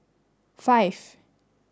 five